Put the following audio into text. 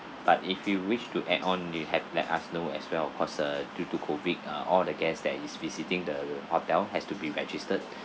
but if you wish to add on you have let us know as well cause uh due to COVID uh all the guests that is visiting the hotel has to be registered